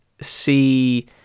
see